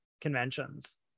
conventions